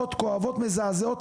כשהיא כבר מקבלת כזאת פנייה,